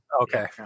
Okay